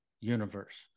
Universe